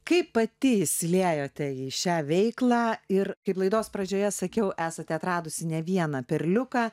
kaip pati įsiliejote į šią veiklą ir kaip laidos pradžioje sakiau esate atradusi ne vieną perliuką